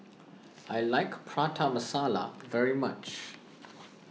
I like Prata Masala very much